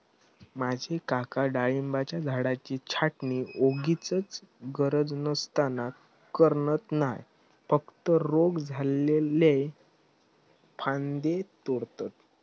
माझे काका डाळिंबाच्या झाडाची छाटणी वोगीचच गरज नसताना करणत नाय, फक्त रोग इल्लले फांदये तोडतत